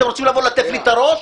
אתם רוצים לבוא ללטף לי את הראש?